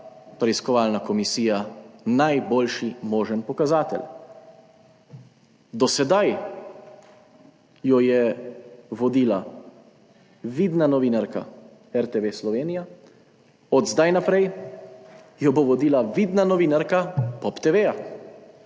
preiskovalna komisija najboljši možen pokazatelj. Do sedaj jo je vodila vidna novinarka RTV Slovenija, od zdaj naprej jo bo vodila vidna novinarka Pop TV.